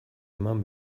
eman